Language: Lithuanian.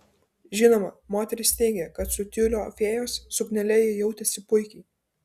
žinoma moteris teigė kad su tiulio fėjos suknele ji jautėsi puikiai